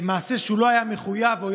מעשה שהוא לא היה מחויב לו.